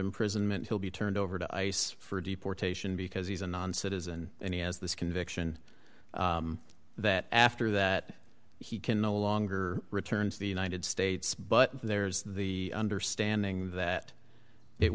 imprisonment he'll be turned over to ice for deportation because he's a non citizen and he has this conviction that after that he can no longer return to the united states but there's the understanding that it